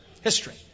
History